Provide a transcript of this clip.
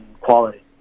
quality